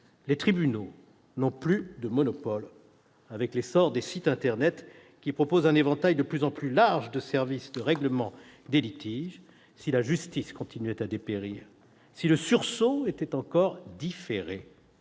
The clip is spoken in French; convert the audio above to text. les tribunaux n'ont plus de monopole : nous assistons à l'essor de sites internet proposant un éventail de plus en plus large de services de règlement des litiges. Si la justice continuait à dépérir, si le sursaut était encore différé,